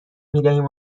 میدهیم